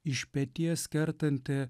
iš peties kertantį